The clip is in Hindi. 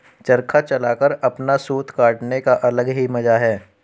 चरखा चलाकर अपना सूत काटने का अलग ही मजा है